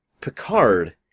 Picard